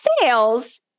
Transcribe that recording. Sales